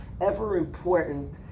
ever-important